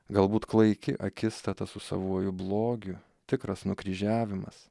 galbūt klaiki akistata su savuoju blogiu tikras nukryžiavimas